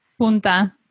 Punta